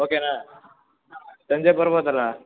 ಓ ಕೆನಾ ಸಂಜೆ ಬರ್ಬೋದಲಾ